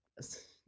Yes